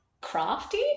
crafty